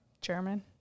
German